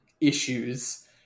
issues